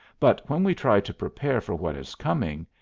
but when we try to prepare for what is coming,